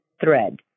thread